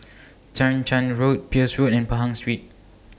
Chang Charn Road Peirce Road and Pahang Street